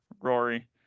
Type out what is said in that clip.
rory